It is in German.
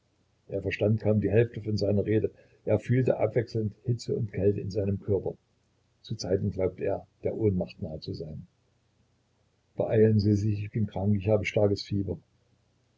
er verstand kaum die hälfte von seiner rede er fühlte abwechselnd hitze und kälte in seinem körper zu zeiten glaubte er der ohnmacht nahe zu sein beeilen sie sich ich bin krank ich habe ein starkes fieber